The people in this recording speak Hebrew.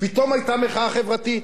פתאום היתה מחאה חברתית,